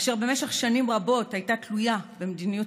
אשר במשך שנים רבות הייתה תלויה במדיניות